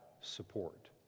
support